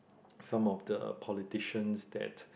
some of the politicians that